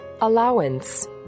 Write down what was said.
Allowance